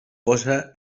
posa